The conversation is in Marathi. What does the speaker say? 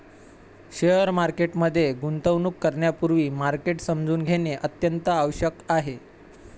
शेअर मार्केट मध्ये गुंतवणूक करण्यापूर्वी मार्केट समजून घेणे अत्यंत आवश्यक आहे